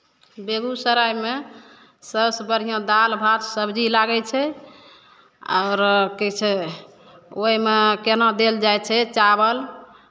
बेगूसरायमे सभसँ बढ़िआँ दालि भात सबजी लागै छै आओरो की छै ओहिमे केना देल जाइ छै चावल